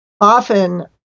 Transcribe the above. Often